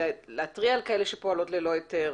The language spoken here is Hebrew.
ולהתריע על מקוואות שלא פועלות בהיתר.